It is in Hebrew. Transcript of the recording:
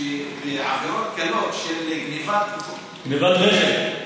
שבעבירות קלות של גנבת, גנבת רכב,